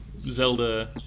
Zelda